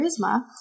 Charisma